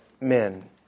men